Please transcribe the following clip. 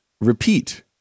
repeat